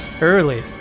early